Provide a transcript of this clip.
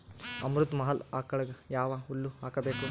ಅಮೃತ ಮಹಲ್ ಆಕಳಗ ಯಾವ ಹುಲ್ಲು ಹಾಕಬೇಕು?